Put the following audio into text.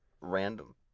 random